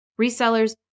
resellers